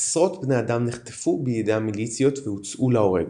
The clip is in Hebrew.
עשרות בני אדם נחטפו בידי חברי המיליציות והוצאו להורג.